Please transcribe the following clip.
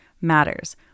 matters